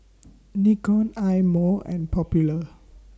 Nikon Eye Mo and Popular